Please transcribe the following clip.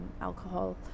alcohol